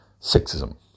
sexism